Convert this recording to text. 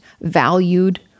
valued